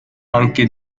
anche